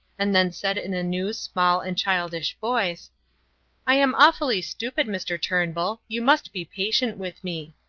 and then said in a new, small and childish voice i am awfully stupid, mr. turnbull you must be patient with me.